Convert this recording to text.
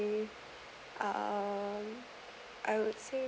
um I would say